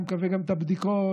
את הבדיקות,